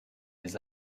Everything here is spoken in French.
les